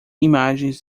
imagens